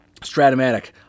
Stratomatic